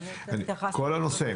בכל הנושא.